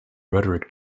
rhetoric